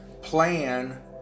plan